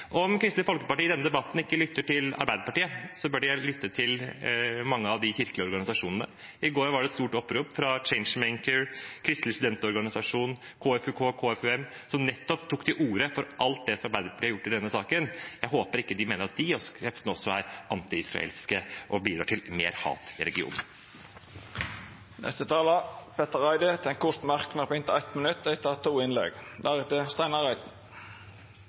Om Kristelig Folkeparti i denne debatten ikke lytter til Arbeiderpartiet, bør de lytte til mange av de kirkelige organisasjonene. I går var det et stort opprop fra Changemaker, en kristelig studentorganisasjon, og KFUK-KFUM som nettopp tok til orde for alt det som Arbeiderpartiet har gjort i denne saken. Jeg håper de ikke mener at de kreftene også er anti-israelske og bidrar til mer hat i regionen. Representanten Petter Eide har hatt ordet to gonger tidlegare og får ordet til ein kort merknad, avgrensa til 1 minutt.